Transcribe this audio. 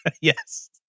Yes